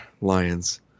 Lions